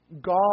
God